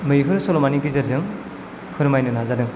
मैहुर सल'मानि गेजेरजों फोरमायनो नाजादों